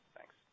Thanks